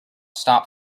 stop